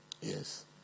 Yes